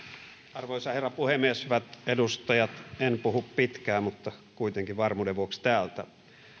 arvoisa herra puhemies hyvät edustajat en puhu pitkään mutta kuitenkin varmuuden vuoksi täältä pöntöstä